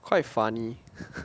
quite funny